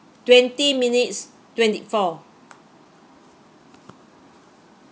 twenty minutes twenty four